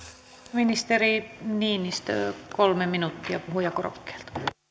ministeri niinistö kolme minuuttia puhujakorokkeelta